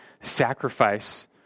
sacrifice